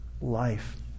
life